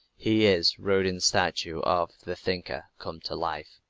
he is rodin's statue of the thinker come to life.